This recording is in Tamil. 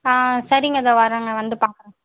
ஆ சரிங்க தோ வரங்க வந்து பார்க்குறேன்